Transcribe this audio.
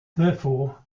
therefore